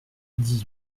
dix